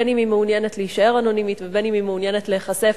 בין שהיא מעוניינת להישאר אנונימית ובין שהיא מעוניינת להיחשף,